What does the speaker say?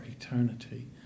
eternity